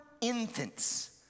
infants